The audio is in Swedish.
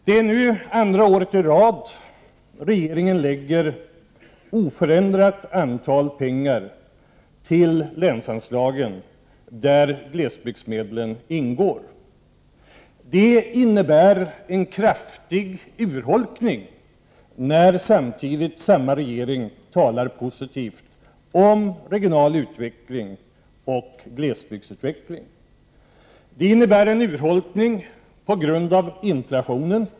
Det är nu andra året i rad regeringen ger oförändrat belopp till länsanslagen, där glesbygdsmedlen ingår. Det innebär en kraftig urholkning, när samtidigt samma regering talar positivt om regional utveckling och glesbygdsutveckling. Det innebär en urholkning på grund av inflationen.